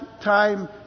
time